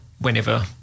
whenever